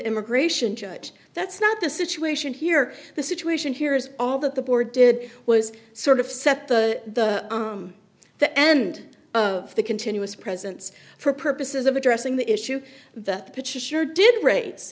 immigration judge that's not the situation here the situation here is all that the board did was sort of set the the end of the continuous presence for purposes of addressing the issue that the pitches sure did ra